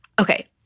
okay